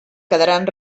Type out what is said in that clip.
quedaran